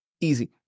easy